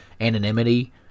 anonymity